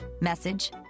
message